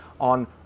on